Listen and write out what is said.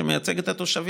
שמייצג את התושבים.